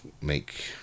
make